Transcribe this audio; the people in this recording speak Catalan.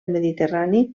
mediterrani